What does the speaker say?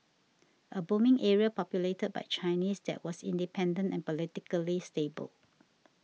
a booming area populated by Chinese that was independent and politically stable